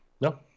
No